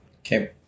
Okay